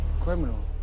criminal